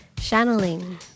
Channeling